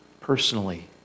personally